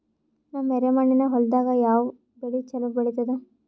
ನಮ್ಮ ಎರೆಮಣ್ಣಿನ ಹೊಲದಾಗ ಯಾವ ಬೆಳಿ ಚಲೋ ಬೆಳಿತದ?